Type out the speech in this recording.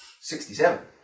sixty-seven